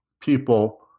people